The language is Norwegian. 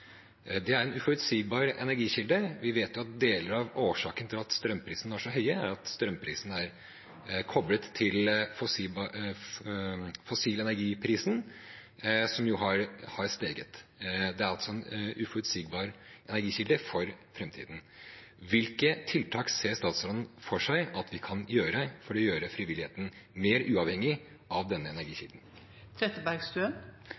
at strømprisen er koblet til prisen på fossil energi, som har steget. Det er altså en uforutsigbar energikilde for framtiden. Hvilke tiltak ser statsråden for seg at vi kan gjøre for å gjøre frivilligheten mer uavhengig av denne